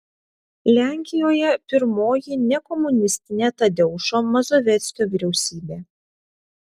lenkijoje pirmoji nekomunistinė tadeušo mazoveckio vyriausybė